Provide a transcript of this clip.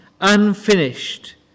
unfinished